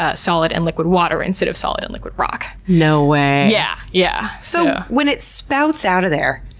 ah solid and liquid water instead of solid and liquid rock. no way! yeah. yeah so when it spouts out of there,